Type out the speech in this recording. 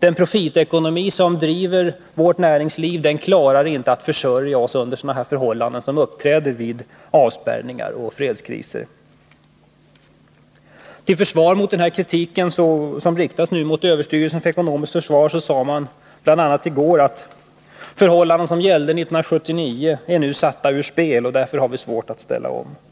Den profitekonomi som driver vårt näringsliv kan inte försö rja oss under de förhållanden som uppträder vid avspärrningar och fredskriser. Till försvar mot den kritik som nu riktas mot överstyrelsen för ekonomiskt försvar sade man, bl.a. i går, att de förhållanden som gällde 1979 nu är satta ur spel och att vi därför har svårt att ställa om verksamheten.